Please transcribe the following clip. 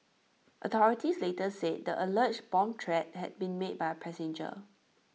authorities later said the alleged bomb threat had been made by A passenger